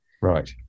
Right